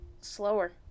slower